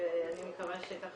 ואני מקווה שתמצה